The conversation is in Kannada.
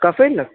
ಕಫ ಇಲ್ಲ